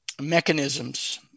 mechanisms